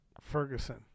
Ferguson